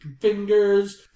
fingers